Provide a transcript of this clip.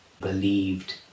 believed